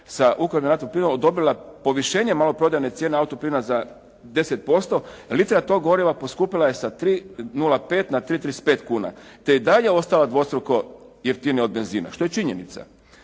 sa ukapljenim naftnim plinom odobrila povišenje maloprodajne cijene auto plina za 10% litra tog goriva poskupjela je sa 3,05 na 3,335 kuna, te je i dalje ostala dvostruko jeftinija od benzina što je i činjenica.